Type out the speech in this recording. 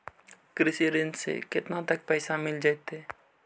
कृषि ऋण से केतना तक पैसा मिल जइतै?